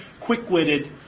quick-witted